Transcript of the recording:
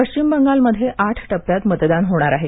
पश्विम बंगालमध्ये आठ टप्प्यात मतदान होणार आहे